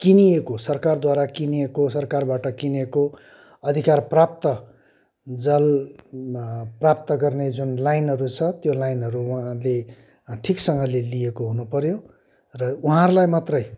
किनिएको सरकारद्वारा किनिएको सरकारबाट किनिएको अधिकार प्राप्त जल प्राप्त गर्ने जुन लाइनहरू छ त्यो लाइनहरू उहाँले ठिकसँगले लिएको हुनु पर्यो र उहाँहरूलाई मात्रै